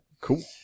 Cool